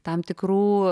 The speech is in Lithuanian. tam tikrų